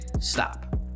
stop